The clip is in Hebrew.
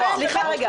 סליחה רגע.